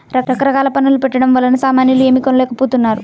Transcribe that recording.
రకరకాల పన్నుల పెట్టడం వలన సామాన్యులు ఏమీ కొనలేకపోతున్నారు